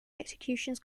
executions